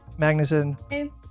Magnuson